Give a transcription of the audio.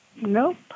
Nope